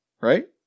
Right